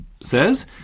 says